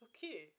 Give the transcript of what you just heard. Okay